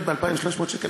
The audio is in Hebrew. ב-2,300 שקל?